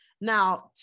Now